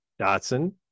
Datsun